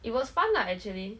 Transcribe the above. it was fun lah actually